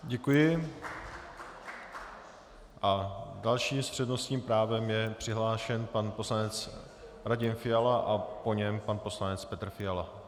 Děkuji a dalším s přednostním právem je přihlášen pan poslanec Radim Fiala a po něm pan poslanec Petr Fiala.